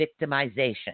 victimization